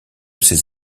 ces